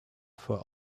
for